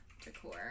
decor